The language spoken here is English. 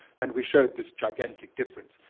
and we showed this gigantic difference.